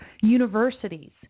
Universities